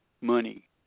money